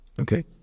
okay